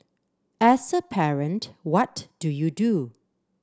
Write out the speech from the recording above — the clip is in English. as a parent what do you do